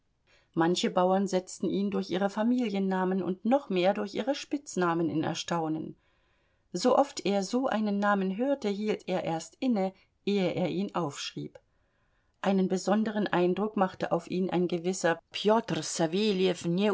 manche bauern setzten ihn durch ihre familiennamen und noch mehr durch ihre spitznamen in erstaunen sooft er so einen namen hörte hielt er erst inne ehe er ihn aufschrieb einen besonderen eindruck machte auf ihn ein gewisser